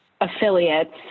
affiliates